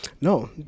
No